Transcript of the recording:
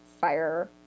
fire